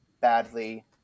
badly